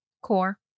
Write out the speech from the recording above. Core